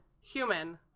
Human